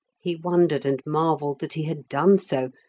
he wondered and marvelled that he had done so,